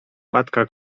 matka